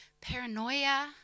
paranoia